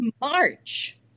March